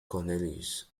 cornelius